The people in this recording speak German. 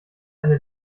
eine